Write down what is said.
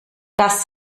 das